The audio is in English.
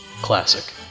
classic